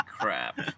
crap